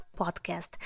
podcast